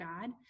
God